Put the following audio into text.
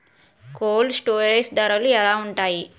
Cold storage ధరలు ఎలా ఉంటాయి?